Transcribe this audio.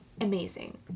Amazing